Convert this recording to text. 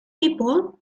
people